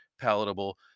palatable